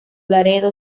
laredo